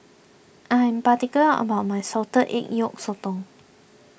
I'm particular about my Salted Egg Yolk Sotong